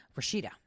Rashida